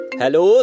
Hello